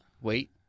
Wait